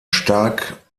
stark